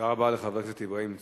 תודה רבה לחבר הכנסת אברהים צרצור.